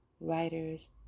Writers